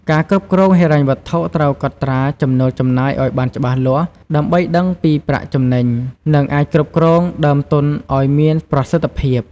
ការគ្រប់គ្រងហិរញ្ញវត្ថុ ត្រូវកត់ត្រាចំណូលចំណាយឱ្យបានច្បាស់លាស់ ដើម្បីដឹងពីប្រាក់ចំណេញ និងអាចគ្រប់គ្រងដើមទុនឱ្យមានប្រសិទ្ធភាព។